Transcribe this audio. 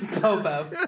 Bobo